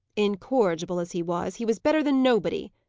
incorrigible as he was, he was better than nobody,